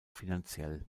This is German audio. finanziell